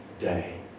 day